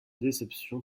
déception